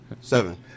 Seven